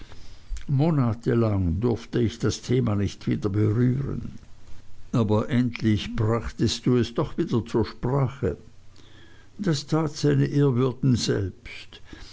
monatelang durfte ich das thema nicht wieder berühren aber endlich brachtest du es doch wieder zur sprache das tat seine ehrwürden selbst